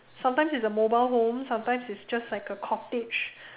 sometimes it's a mobile home sometimes it's just like a cottage